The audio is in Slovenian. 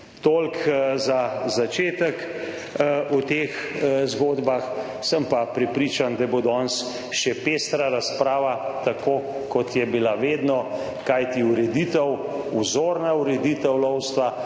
Toliko za začetek o teh zgodbah. Sem pa prepričan, da bo danes še pestra razprava, tako kot je bila vedno, kajti ureditev, vzorna ureditev lovstva